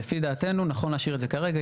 לפי דעתנו נכון להשאיר את זה כרגע.